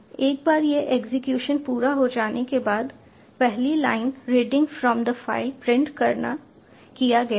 एक बार यह एग्जीक्यूशन पूरा हो जाने के बाद पहली line 'reading from the file' print किया गया है